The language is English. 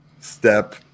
step